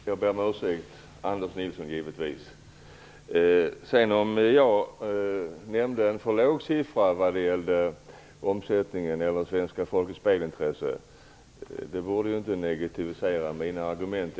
Herr talman! Jag ber om ursäkt. Anders Nilsson menade jag givetvis. Om jag nämnde en för låg siffra när det gäller omsättningen och svenska folkets spelintresse bör det inte så att säga negativisera mina argument.